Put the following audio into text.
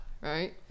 right